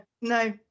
No